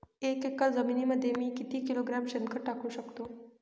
एक एकर जमिनीमध्ये मी किती किलोग्रॅम शेणखत टाकू शकतो?